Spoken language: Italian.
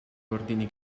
ordini